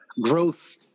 growth